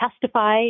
testify